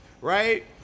right